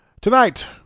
Tonight